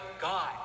God